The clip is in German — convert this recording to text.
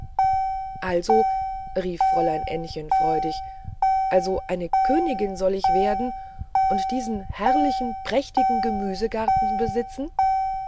also rief fräulein ännchen freudig also eine königin soll ich werden und diesen herrlichen prächtigen gemüsegarten besitzen